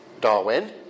Darwin